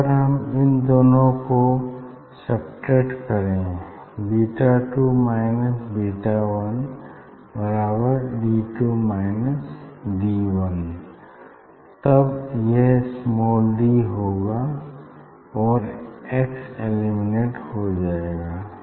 अगर हम इन दोनों को सब्ट्रैक्ट करें beta two minus beta one बराबर D two minus D one तब यह स्माल डी होगा और एक्स एलिमिनेट हो जाएगा